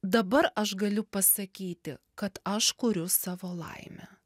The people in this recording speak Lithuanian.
dabar aš galiu pasakyti kad aš kuriu savo laimę